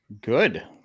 Good